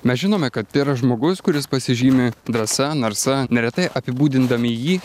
mes žinome kad tai yra žmogus kuris pasižymi drąsa narsa neretai apibūdindami jį